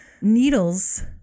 Needles